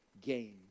game